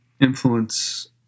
influence